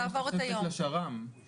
להחליף את המושג נכה, של כמה חברי כנסת, אז